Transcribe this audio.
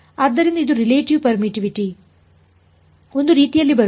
ಆದ್ದರಿಂದ ಇದು relative permittivity ಒಂದು ರೀತಿಯಲ್ಲಿ ಬರುತ್ತದೆ